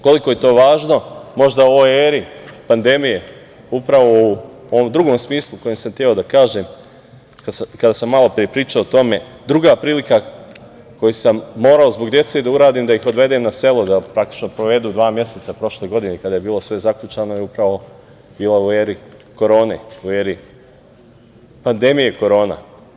Koliko je to važno, možda u ovoj eri pandemije, upravo u onom drugom smislu koji sam hteo da kažem kada sam malopre pričao o tome, druga prilika koju sam morao zbog dece da uradim, da ih odvedem na selo da praktično provedu dva meseca prošle godine kada je bilo sve zaključano je upravo bila u eri korone, u eri pandemije korona.